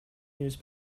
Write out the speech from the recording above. news